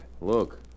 Look